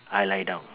I lie down